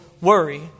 worry